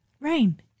Rain